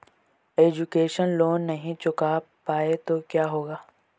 Education loan नहीं चुका पाए तो क्या होगा?